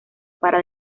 para